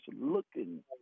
looking